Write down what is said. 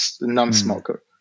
non-smoker